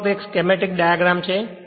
તે ફક્ત એક સ્કેમેટિક ડાયગ્રામ છે